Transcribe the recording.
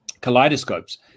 kaleidoscopes